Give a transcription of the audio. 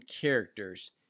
characters